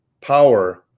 power